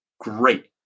great